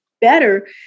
better